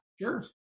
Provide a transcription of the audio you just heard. Sure